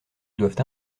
doivent